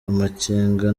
amakenga